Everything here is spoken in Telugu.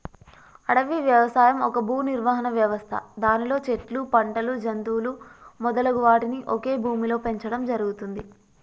అడవి వ్యవసాయం ఒక భూనిర్వహణ వ్యవస్థ దానిలో చెట్లు, పంటలు, జంతువులు మొదలగు వాటిని ఒకే భూమిలో పెంచడం జరుగుతుంది